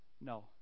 no